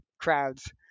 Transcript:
crowds